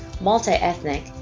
multi-ethnic